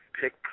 Pick